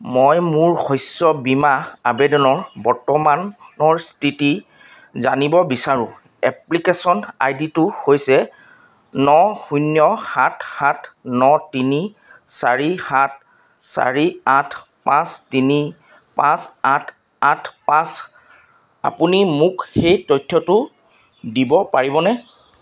মই মোৰ শস্য বীমা আবেদনৰ বৰ্তমানৰ স্থিতি জানিব বিচাৰো এপ্লিকেচন আই ডি টো হৈছে ন শূন্য সাত সাত ন তিনি চাৰি সাত চাৰি আঠ পাঁচ তিনি পাঁচ আঠ আঠ পাঁচ আপুনি মোক সেই তথ্যটো দিব পাৰিবনে